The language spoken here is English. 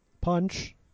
Punch